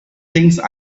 things